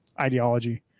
ideology